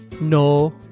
No